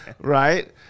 Right